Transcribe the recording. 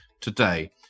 today